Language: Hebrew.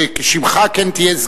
כשמך כן תהיה,